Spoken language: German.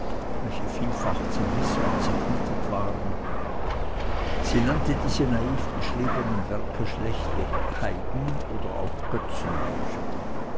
welche vielfach zerknittert und zerrissen waren sie nannte diese naiv geschriebenen werke schlechtweg heiden oder auch götzenbücher